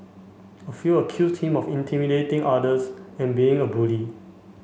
a few accused him of intimidating others and being a bully